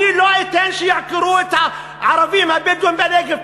אני לא אתן שיעקרו את הערבים הבדואים בנגב.